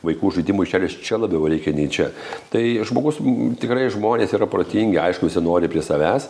vaikų žaidimų aikštelės čia labiau reikia nei čia tai žmogus tikrai žmonės yra protingi aiškuvisi nori prie savęs